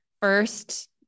First